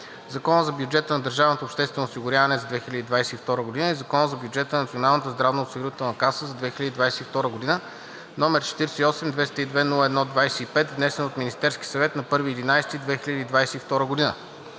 Закона за бюджета на държавното обществено осигуряване за 2022 г. и Закона за бюджета на Националната здравноосигурителна каса за 2022 г., № 48-202-01-25, внесен от Министерския съвет на 1 ноември